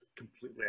Completely